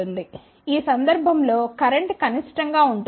ఈ సందర్భం లో కరెంట్ కనిష్టంగా ఉంటుంది